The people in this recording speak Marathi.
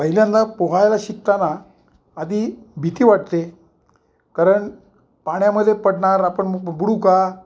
पहिल्यांदा पोहायला शिकताना आधी भीती वाटते कारण पाण्यामधे पडणार आपण बुडू का